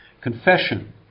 confession